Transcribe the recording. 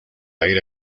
aire